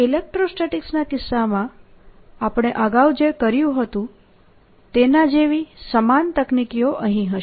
ઇલેક્ટ્રોસ્ટેટીકસના કિસ્સામાં આપણે અગાઉ જે કર્યું હતું તેના જેવી સમાન તકનીકીઓ અહીં હશે